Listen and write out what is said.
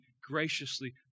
graciously